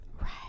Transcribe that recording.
Right